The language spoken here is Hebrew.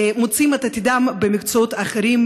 מוצאים את עתידם במקצועות אחרים,